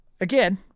Again